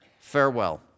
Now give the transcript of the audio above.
farewell